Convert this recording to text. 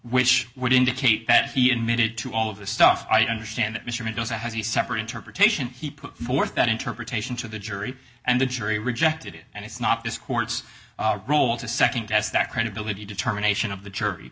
which would indicate that he admitted to all of this stuff i understand that mr mendoza has a separate interpretation he put forth that interpretation to the jury and the jury rejected it and it's not this court's role to nd guess that credibility determination of the jury